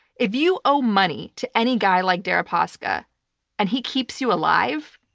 if you owe money to any guy like deripaska and he keeps you alive,